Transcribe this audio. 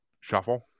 shuffle